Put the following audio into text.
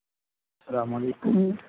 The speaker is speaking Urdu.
السّلام علیکم